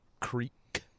Creek